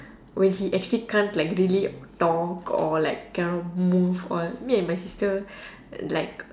when he actually can't like really talk or like cannot move or me and my sister like